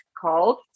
called